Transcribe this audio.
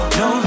no